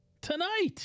tonight